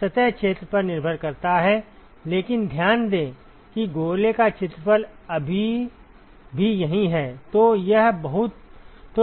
सतह क्षेत्र पर निर्भर करता है लेकिन ध्यान दें कि गोले का क्षेत्रफल अभी भी यहीं है